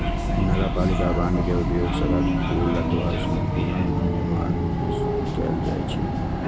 नगरपालिका बांड के उपयोग सड़क, पुल अथवा स्कूलक निर्माण मे कैल जाइ छै